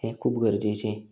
हें खूब गरजेचें